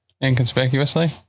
inconspicuously